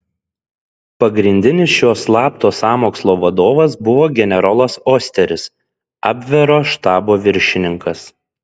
pagrindinis šio slapto sąmokslo vadovas buvo generolas osteris abvero štabo viršininkas